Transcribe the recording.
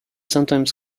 sometimes